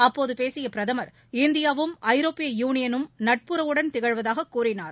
அப்போது பேசிய பிரதமர் இந்தியாவும் ஐரோப்பிய யூனியனும் நட்புறவுடன் திகழ்வதாக கூறினார்